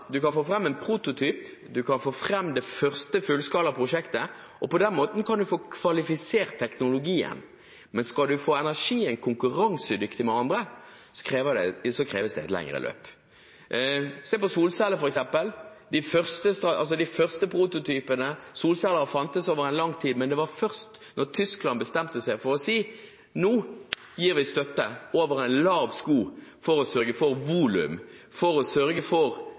du kan få fram en prototyp, du kan få fram det første fullskala prosjektet. På den måten kan du få kvalifisert teknologien, men skal du få energien konkurransedyktig, kreves det et lengre løp. Se f.eks. på solceller: De første prototypene solceller fantes i lang tid, men det var først da Tyskland bestemte seg for å si at nå gir vi støtte over en lav sko – for å sørge for volum og for fallende priser gjennom læringskurver – at de klarte å sørge for